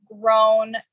grown